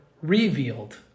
revealed